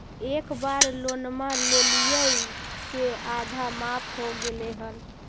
एक बार लोनवा लेलियै से आधा माफ हो गेले हल?